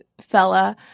fella